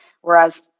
whereas